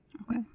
Okay